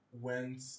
Went